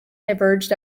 diverged